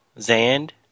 Zand